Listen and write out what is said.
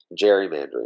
gerrymandering